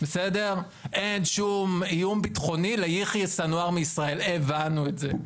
אין שום איום ביטחוני ליחיא סינוואר מישראל הבנו את זה.